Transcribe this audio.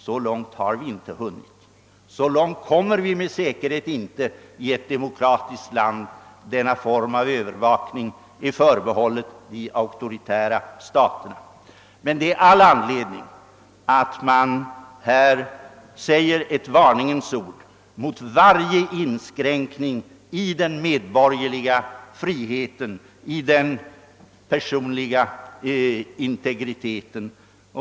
Så långt har vi inte hunnit, och så långt kommer vi med säkerhet inte i ett demokratiskt land. Denna form av övervakning är förbehållen de auktoritära staterna. Men det finns all anledning att man här säger ett varningens ord mot varje inskränkning i den medborgerliga friheten och den personliga integriteten.